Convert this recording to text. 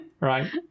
Right